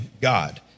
God